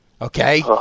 Okay